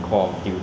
oh